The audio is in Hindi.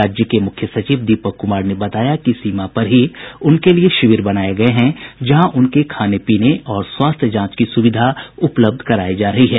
राज्य के मुख्य सचिव दीपक कुमार ने बताया कि सीमा पर ही उनके लिये शिविर बनाये गये हैं जहां उनके खाने पीने और स्वास्थ्य जांच की सुविधा उपलब्ध करायी जा रही है